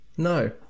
No